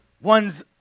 one's